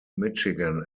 michigan